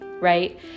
right